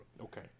Okay